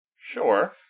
Sure